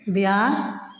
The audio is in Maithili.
बिहार